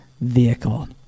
vehicle